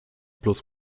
bloß